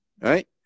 Right